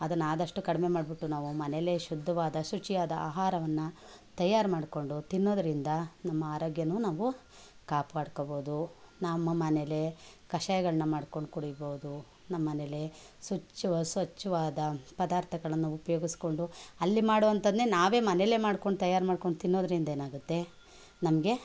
ಅದನ್ನು ಆದಷ್ಟು ಕಡಿಮೆ ಮಾಡಿಬಿಟ್ಟು ನಾವು ಮನೆಯಲ್ಲೇ ಶುದ್ಧವಾದ ಶುಚಿಯಾದ ಆಹಾರವನ್ನು ತಯಾರು ಮಾಡಿಕೊಂಡು ತಿನ್ನೊದ್ರಿಂದ ನಮ್ಮ ಆರೋಗ್ಯನು ನಾವು ಕಾಪಾಡ್ಕೊಬೋದು ನಮ್ಮ ಮನೆಯಲ್ಲೇ ಕಷಾಯಗಳನ್ನ ಮಾಡ್ಕೊಂಡು ಕುಡಿಬೋದು ನಮ್ಮ ಮನೆಲ್ಲೇ ಸ್ವಚ್ಛವಾ ಸ್ವಚ್ಛವಾದ ಪದಾರ್ಥಗಳನ್ನು ಉಪಯೋಗಿಸ್ಕೊಂಡು ಅಲ್ಲಿ ಮಾಡುವಂಥದ್ನೆ ನಾವೇ ಮನೆಯಲ್ಲೇ ಮಾಡ್ಕೊಂಡು ತಯಾರು ಮಾಡ್ಕೊಂಡು ತಿನ್ನೋದ್ರಿಂದೇನಾಗತ್ತೆ ನಮಗೆ